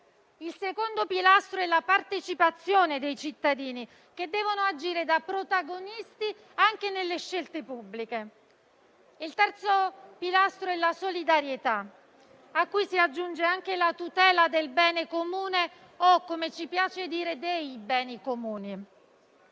il secondo pilastro è la partecipazione dei cittadini, che devono agire da protagonisti anche nelle scelte pubbliche; il terzo è la solidarietà, a cui si aggiunge anche la tutela del bene comune o - come ci piace dire -dei beni comuni.